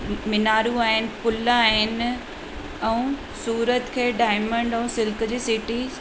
मिनारियूं आहिनि पुल आहिनि ऐं सूरत खे ॾायमंड ऐं सिल्क जी सिटी